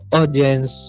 audience